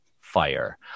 fire